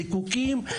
זיקוקים.